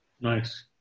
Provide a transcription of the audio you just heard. nice